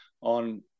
on